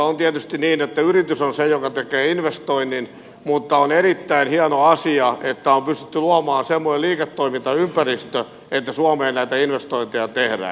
on tietysti niin että yritys on se joka tekee investoinnin mutta on erittäin hieno asia että on pystytty luomaan semmoinen liiketoimintaympäristö että suomeen näitä investointeja tehdään